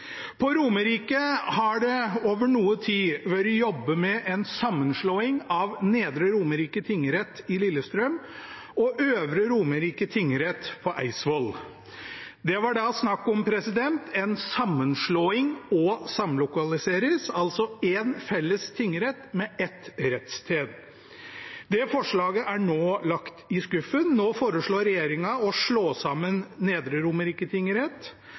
På Romerike har det over noe tid vært jobbet med en sammenslåing av Nedre Romerike tingrett i Lillestrøm og Øvre Romerike tingrett på Eidsvoll. Det var snakk om en sammenslåing og en samlokalisering, altså én felles tingrett med ett rettssted. Det forslaget er nå lagt i skuffen, nå foreslår regjeringen å slå sammen Nedre